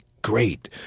great